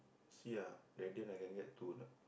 see ah Radiant I can get two or not